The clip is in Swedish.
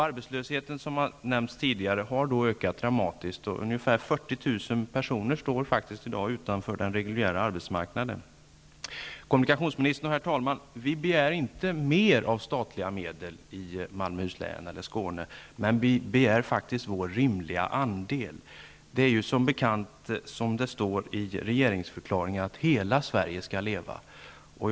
Arbetslösheten, som har nämnts tidigare, har ökat dramatiskt, och ungefär 40 000 personer står i dag utanför den reguljära arbetsmarknaden. Kommunikationsministern och herr talman! Vi begär inte mer av statliga medel i Malmöhus län eller Skåne, men vi begär vår rimliga andel. Det står i regeringsförklaringen att hela Sverige skall leva.